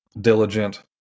diligent